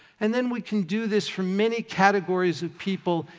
and then we can do this for many categories of people,